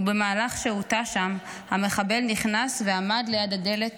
ובמהלך שהותה שם המחבל נכנס ועמד ליד הדלת